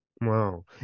Wow